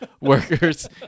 workers